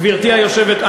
גברתי היושבת-ראש,